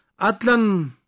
Atlan